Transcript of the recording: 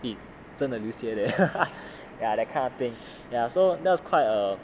eh 真的流血 leh ya that kind of thing ya so that was quite a